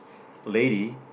lady